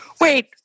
Wait